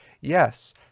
yes